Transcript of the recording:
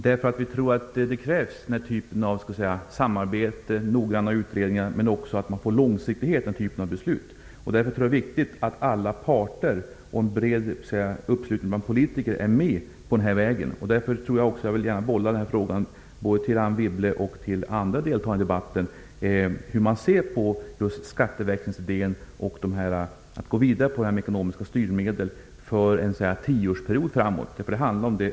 Vi tror att det krävs den typen av samarbete och noggranna utredningar. Men det krävs också att vi får långsiktighet i den här typen av beslut. Därför är det viktigt att det finns en bred uppslutning bland politiker för detta och att alla parter är med på detta. Jag vill gärna bolla frågan om hur man ser på skatteväxlingsidén och detta att gå vidare med de ekonomiska styrmedlen under en tioårsperiod vidare till Anne Wibble och andra deltagare i debatten.